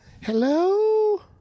Hello